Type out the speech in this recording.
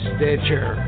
Stitcher